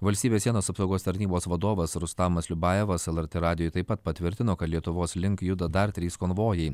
valstybės sienos apsaugos tarnybos vadovas rustamas liubajevas lrt radijui taip pat patvirtino kad lietuvos link juda dar trys konvojai